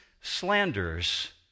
slanders